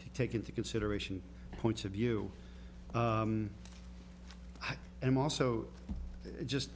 to take into consideration points of view i am also just